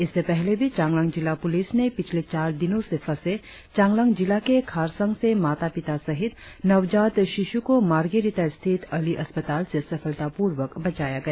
इससे पहले भी चांगलांग जिला पुलिस ने पिछले चार दिनों से फंसे चांगलांग जिला के खारसंग से माता पिता सहित नवजात शीशु को मार्गेरिता स्थित अलि अस्पताल से सफलतापूर्वक बचाया गया